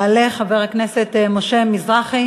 יעלה חבר הכנסת משה מזרחי.